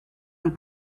and